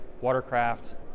watercraft